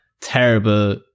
terrible